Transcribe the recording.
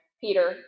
Peter